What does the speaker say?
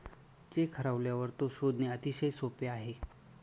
check हरवल्यावर तो शोधणे अतिशय सोपे आहे